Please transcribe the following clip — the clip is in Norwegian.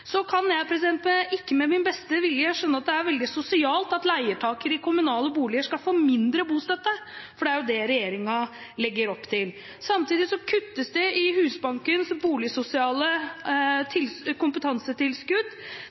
Så kan jeg ikke med min beste vilje skjønne at det er veldig sosialt at leietakere i kommunale boliger skal få mindre bostøtte – for det er jo det regjeringen legger opp til. Samtidig kuttes det i Husbankens boligsosiale kompetansetilskudd.